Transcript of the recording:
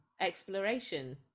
exploration